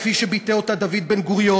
כפי שביטא אותה דוד בן-גוריון,